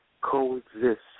coexist